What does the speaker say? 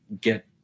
get